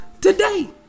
today